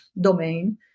domain